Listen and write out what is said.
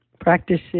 practices